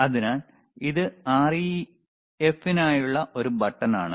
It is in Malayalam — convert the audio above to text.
അതിനാൽ അത് REF നായുള്ള ഒരു ബട്ടണാണ്